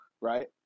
right